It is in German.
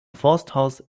forsthaus